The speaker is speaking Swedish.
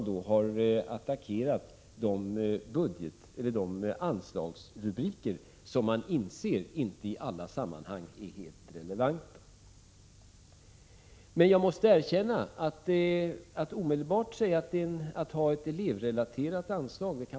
Då attackerar man ju de anslagsrubriker som man inser inte är helt relevanta i en del sammanhang. Men naturligtvis skulle man kunna ha ett elevrelaterat anslag.